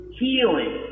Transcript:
healing